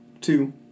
Two